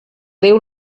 déu